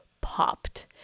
popped